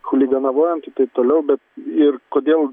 chuliganavojant taip toliau bet ir kodėl